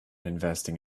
investing